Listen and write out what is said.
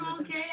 okay